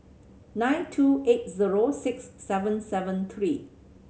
nine two eight zero six seven seven three